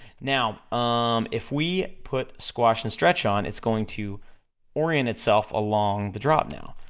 now um if we put squash and stretch on, it's going to orient itself along the drop now.